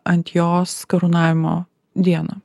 ant jos karūnavimo dieną